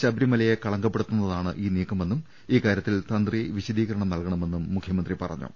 ശബരിമലയെ കളങ്കപ്പെടുത്തു ന്നതാണ് ഈ നീക്കമെന്നും ഇക്കാര്യത്തിൽ തന്ത്രി വിശദീകരണം നൽകണ മെന്നും മുഖ്യമന്ത്രി പറഞ്ഞു